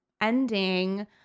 ending